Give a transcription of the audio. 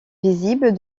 visible